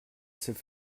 s’est